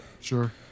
Sure